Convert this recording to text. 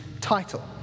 title